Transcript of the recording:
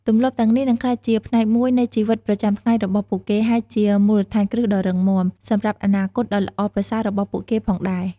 ទម្លាប់ទាំងនេះនឹងក្លាយជាផ្នែកមួយនៃជីវិតប្រចាំថ្ងៃរបស់ពួកគេ ហើយជា មូលដ្ឋានគ្រឹះដ៏រឹងមាំ សម្រាប់អនាគតដ៏ល្អប្រសើររបស់ពួកគេផងដែរ ។